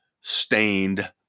Stained